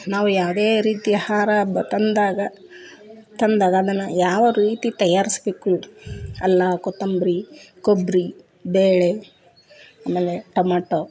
ನಾವು ಯಾವುದೇ ರೀತಿ ಆಹಾರ ಬ ತಂದಾಗ ತಂದಾಗ ಅದನ್ನು ಯಾವ ರೀತಿ ತಯಾರಿಸ್ಬೇಕು ಅಲ್ಲ ಕೊತ್ತಂಬರಿ ಕೊಬ್ಬರಿ ಬೇಳೆ ಆಮೇಲೆ ಟಮಟೊ